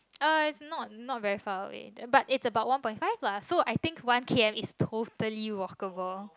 uh it's not not very far away but it's about one point five lah so I think one K_M is totally walkable